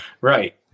right